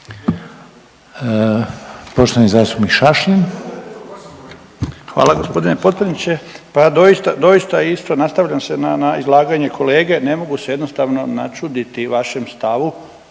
Stipan (HDZ)** Hvala g. potpredsjedniče. Pa doista isto nastavljam se na izlaganje kolege, ne mogu se jednostavno načuditi vašem stavu,